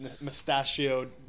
mustachioed